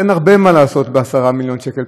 אין הרבה מה לעשות ב-10 מיליון שקל.